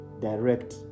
direct